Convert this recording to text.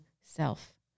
self